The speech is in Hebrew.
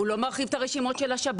הוא לא מרחיב את השאלות של השב"ן,